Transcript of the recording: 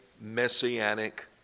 messianic